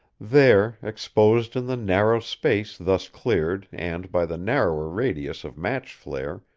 there, exposed in the narrow space thus cleared and by the narrower radius of match flare,